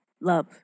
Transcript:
love